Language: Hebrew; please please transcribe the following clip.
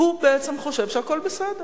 הוא בעצם חושב שהכול בסדר.